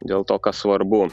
dėl to kas svarbu